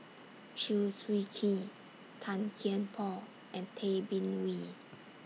Chew Swee Kee Tan Kian Por and Tay Bin Wee